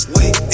Wait